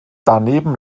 daneben